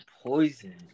poison